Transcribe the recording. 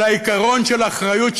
זה העיקרון של אחריות,